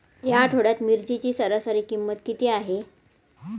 या आठवड्यात मिरचीची सरासरी किंमत किती आहे?